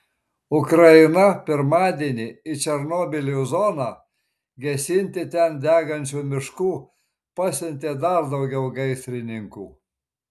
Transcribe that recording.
ukraina pirmadienį į černobylio zoną gesinti ten degančių miškų pasiuntė dar daugiau gaisrininkų